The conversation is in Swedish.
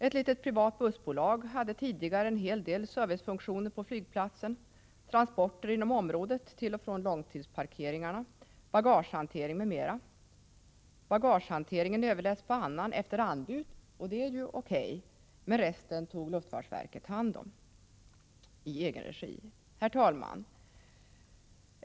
Ett litet privat bussbolag hade tidigare en hel del servicefunktioner på flygplatsen — transporter inom området till och från långtidsparkeringarna, bagagehantering m.m. Bagagehanteringen överläts på annan efter anbud, och det är ju O.K. Men resten tog luftfartsverket hand om i egen regi. Herr talman!